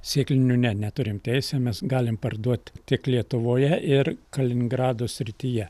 sėklinių ne neturim teisę mes galim parduoti tiek lietuvoje ir kaliningrado srityje